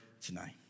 tonight